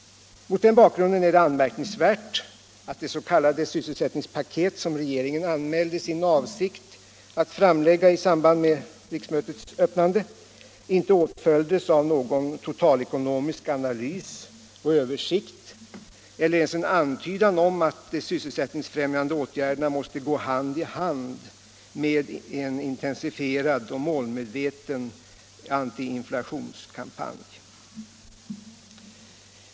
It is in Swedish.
Mot den bakgrunden är det anmärkningsvärt att det s.k. sysselsättningspaket som regeringen i samband med riksmötets öppnande anmälde sin avsikt att framlägga inte åtföljdes av någon total ekonomisk analys och översikt eller ens av en antydan om att de sysselsättningsfrämjande åtgärderna måste gå hand i hand med intensifierade och målmedvetna åtgärder mot inflationen.